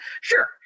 Sure